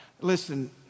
Listen